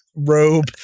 robe